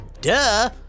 duh